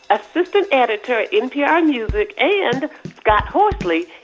assistant editor at npr music, and scott horsley,